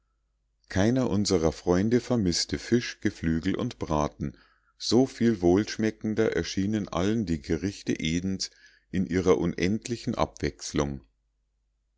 keiner unserer freunde vermißte fisch geflügel und braten so viel wohlschmeckender erschienen allen die gerichte edens in ihrer unendlichen abwechslung